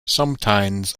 sometines